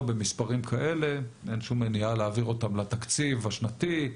במספרים כאלה אין שום מניעה להעביר אותם לתקציב השנתי.